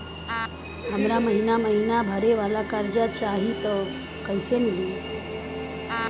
हमरा महिना महीना भरे वाला कर्जा चाही त कईसे मिली?